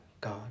God